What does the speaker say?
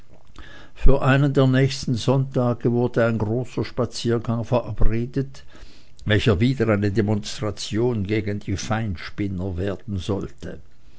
für einen der nächsten sonntage wurde ein großer spaziergang verabredet welcher wieder eine demonstration gegen die feinspinner werden sollte